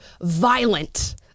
violent